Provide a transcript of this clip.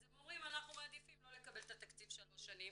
אז הם אומרים "אנחנו מעדיפים לא לקבל את התקציב שלוש שנים,